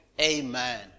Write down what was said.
Amen